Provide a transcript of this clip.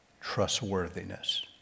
trustworthiness